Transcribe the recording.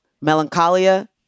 melancholia